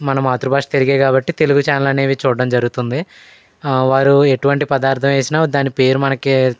మన మాతృభాష తెలుగే కాబట్టి తెలుగు ఛానల్ అనేవి చూడటం జరుగుతుంది వారు ఎటువంటి పదార్థం వేసిన దాని పేరు మనకి